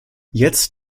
jetzt